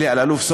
אלי אלאלוף,